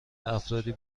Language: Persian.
افرادی